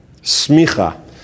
smicha